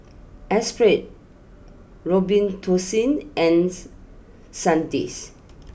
Espirit Robitussin ans Sandisk